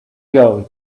grow